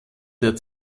der